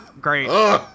Great